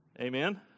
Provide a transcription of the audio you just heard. Amen